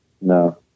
No